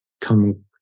come